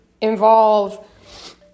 involve